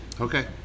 Okay